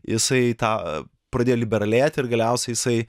jisai tą pradėjo liberalėti ir galiausiai jisai